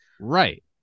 Right